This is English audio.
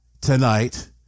tonight